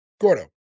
Gordo